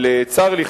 אבל צר לי,